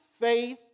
faith